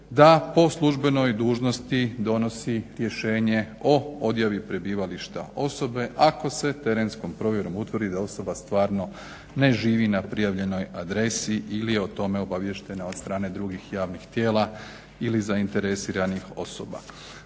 da po službenoj dužnosti donosi rješenje o odjavi prebivališta osobe ako se terenskom provjerom utvrdi da osoba stvarno ne živi na prijavljenoj adresi ili je o tome obaviještena od strane drugih javnih tijela ili zainteresiranih osoba.